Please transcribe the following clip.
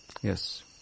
Yes